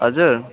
हजुर